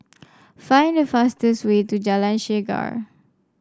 find the fastest way to Jalan Chegar